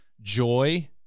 joy